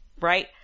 Right